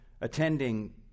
attending